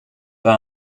pas